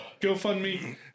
GoFundMe